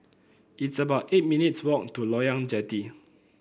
it's about eight minutes' walk to Loyang Jetty